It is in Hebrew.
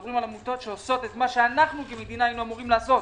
אנו מדברים על עמותות שעושות את מה שאנו כמדינה היינו אמורים לעשות.